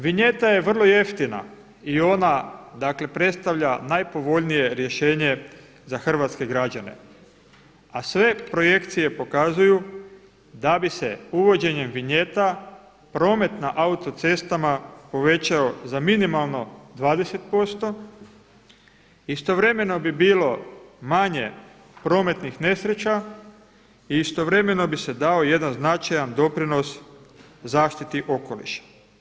Vinjeta je vrlo jeftina i ona dakle predstavlja najpovoljnije rješenje za hrvatske građane, a sve projekcije pokazuju da bi se uvođenjem vinjeta promet na autocestama povećao za minimalno 20%, istovremeno bi bilo manje prometnih nesreća i istovremeno bi se dao i jedan značajan doprinos zaštiti okoliša.